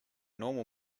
normal